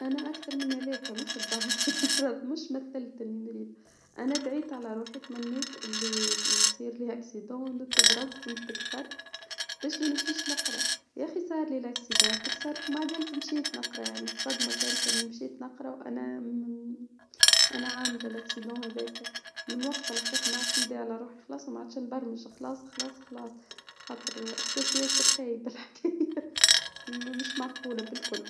أنا أكثر من هاذاك، مش الظاهر، المرض مش مثلتني، مريض، أنا دعيت على روحي، تمنيت إللي يصير لي أكسيدون تضرب وتكسر، بش ما نمشيش نقرأ، ياخي صار لي الأكسيدون تكسرت، بعد ذلك مشيت نقرا يعني الصدمة كانت إني مشيت نقرا وأنا م أنا عاملة الأكسيدون هاديك من وقت، الحقيقة ما عاش ندعي على روحي، خلاص ما عادش نبرمج، خلاص خلاص خلاص، خلاص، خاطر إحساس ياسر خايب الحكي مش معقولة بالكل.